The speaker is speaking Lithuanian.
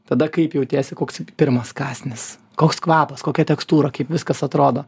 tada kaip jautiesi koks pirmas kąsnis koks kvapas kokia tekstūra kaip viskas atrodo